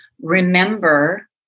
remember